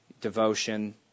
devotion